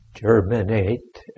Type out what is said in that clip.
germinate